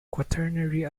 quaternary